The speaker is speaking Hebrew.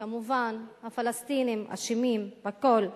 כמובן, כמובן הפלסטינים אשמים בכול.